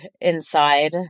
inside